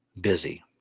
busy